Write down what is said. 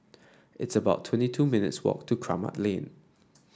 it's about twenty two minutes' walk to Kramat Lane